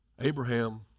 Abraham